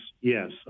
yes